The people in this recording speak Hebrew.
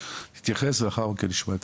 תתייחס ולאחר מכן נשמע את